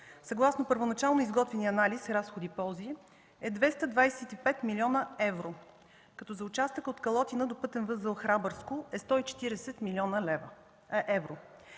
съгласно първоначално изготвения анализ разходи-ползи е 225 млн. евро, като за участъка от Калотина до пътен възел „Храбърско” е 140 млн. евро.